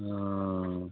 অঁ